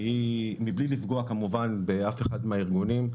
ומבלי לפגוע באף אחד מהארגונים,